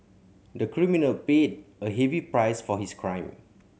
the criminal paid a heavy price for his crime